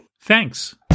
Thanks